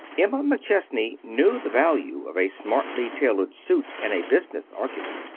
emma mcchesney knew the value of a smartly tailored suit in a business argument.